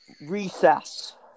recess